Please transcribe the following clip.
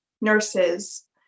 nurses